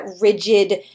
rigid